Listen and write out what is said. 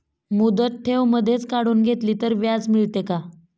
मुदत ठेव मधेच काढून घेतली तर व्याज मिळते का?